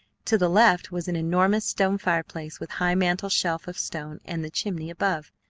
to the left was an enormous stone fireplace with high mantel-shelf of stone and the chimney above.